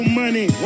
money